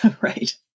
right